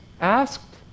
asked